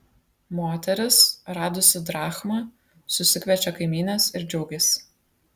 moteris radusi drachmą susikviečia kaimynes ir džiaugiasi